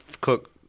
cook